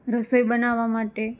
રસોઈ બનાવવા માટે